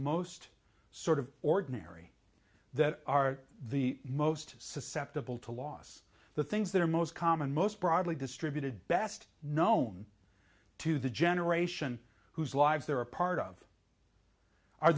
most sort of ordinary that are the most susceptible to loss the things that are most common most broadly distributed best known to the generation whose lives they're a part of